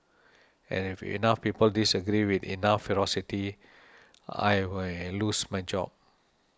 and if enough people disagree with enough ferocity I may well lose my job